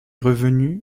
revenus